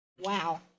Wow